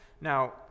now